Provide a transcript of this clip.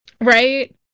right